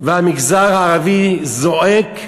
והמגזר הערבי זועק לעזרה,